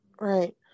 right